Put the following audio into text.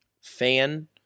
fan